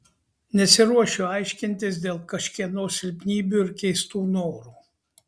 nesiruošiu aiškintis dėl kažkieno silpnybių ir keistų norų